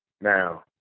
Now